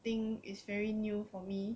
I think it's very new for me